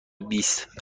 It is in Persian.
بیست